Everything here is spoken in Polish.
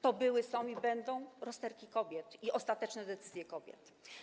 To były, są i będą rozterki kobiet i ostateczne decyzje kobiet.